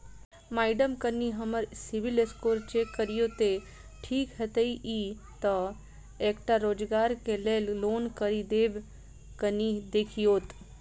Madam कनि हम्मर CIBIL score check करियो तेँ ठीक हएत ई तऽ एकटा रोजगार केँ लैल लोन करि देब कनि देखीओत?